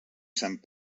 sant